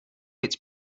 its